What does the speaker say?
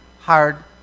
hired